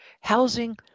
Housing